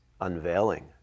unveiling